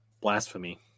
Blasphemy